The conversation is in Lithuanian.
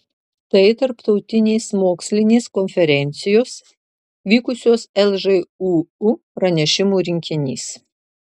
tai tarptautinės mokslinės konferencijos vykusios lžūu pranešimų rinkinys